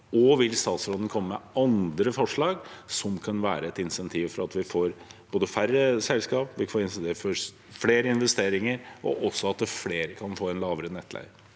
statsråden komme med andre forslag som kan være et insentiv for at vi får både færre selskap, flere investeringer og også at flere kan få lavere nettleie?